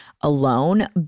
alone